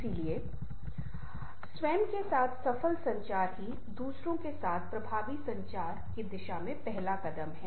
इसलिए स्वयं के साथ सफल संचार ही दूसरों के साथ प्रभावी संचार की दिशा में पहला कदम है